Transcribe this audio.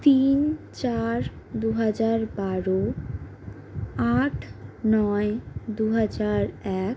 তিন চার দুহাজার বারো আট নয় দুহাজার এক